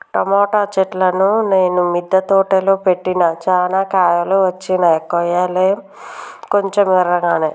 tomato చెట్లును నేను మిద్ద తోటలో పెట్టిన చానా కాయలు వచ్చినై కొయ్యలే కొంచెం ఎర్రకాగానే